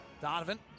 Donovan